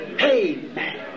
Amen